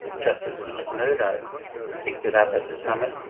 justice mcmurdo picked it up at the summit,